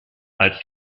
als